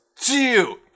Two